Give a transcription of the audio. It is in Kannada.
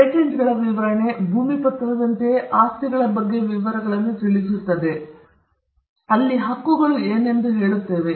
ಮತ್ತು ಪೇಟೆಂಟ್ಗಳ ವಿವರಣೆ ಭೂಮಿ ಪತ್ರದಂತೆಯೇ ಆಸ್ತಿಗಳ ಬಗ್ಗೆ ವಿವರಗಳನ್ನು ತಿಳಿಸುತ್ತದೆ ಮತ್ತು ನಾವು ಹಕ್ಕುಗಳನ್ನು ಏನೆಂದು ಕರೆದೊಯ್ಯುತ್ತೇವೆ